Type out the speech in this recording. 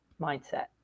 mindset